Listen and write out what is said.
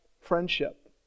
friendship